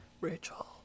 Rachel